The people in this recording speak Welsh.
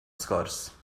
sgwrs